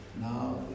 now